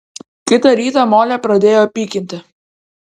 kitą rytą molę pradėjo pykinti